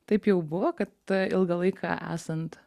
taip jau buvo kad ilgą laiką esant